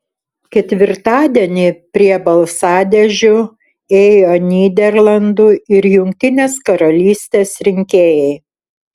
ketvirtadienį prie balsadėžių ėjo nyderlandų ir jungtinės karalystės rinkėjai